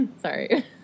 Sorry